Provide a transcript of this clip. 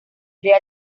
idea